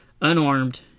unarmed